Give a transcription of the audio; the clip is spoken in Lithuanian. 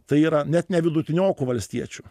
tai yra net ne vidutiniokų valstiečių